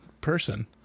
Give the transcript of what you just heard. person